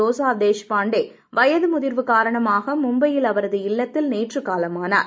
ரோசா Deshpande வயது முதிர்வு காரணமாக மும்பையில் அவரது இல்லத்தில் நேற்று காலமானார்